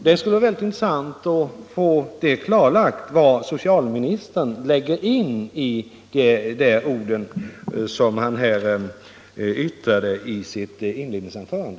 Det skulle vara intressant att få klarlagt vad socialministern lägger in i de ord han yttrade i sitt inledningsanförande.